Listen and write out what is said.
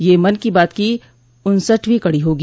यह मन की बात की उन्सठवीं कड़ी होगी